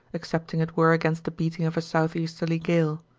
excepting it were against the beating of a southeasterly gale.